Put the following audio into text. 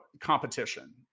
competition